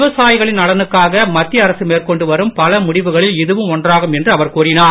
விவசாயிகளின் நலனுக்காக மத்திய அரசு மேற்கொண்டு வரும் பல முடிவுகளில் இதுவும் ஒன்றாகும் என்று அவர் கூறினார்